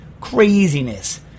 craziness